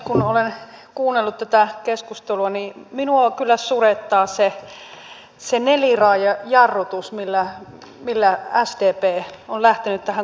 kun olen kuunnellut tätä keskustelua niin minua kyllä surettaa se neliraajajarrutus millä sdp on lähtenyt tähän koko välikysymykseen